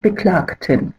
beklagten